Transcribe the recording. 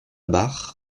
barre